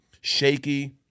shaky